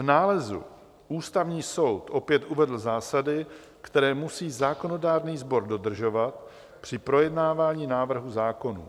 V nálezu Ústavní soud opět uvedl zásady, které musí zákonodárný sbor dodržovat při projednávání návrhů zákonů.